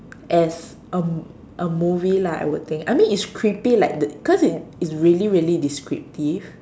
as a a movie lah I would think I mean it's creepy like the cause it's it's really really descriptive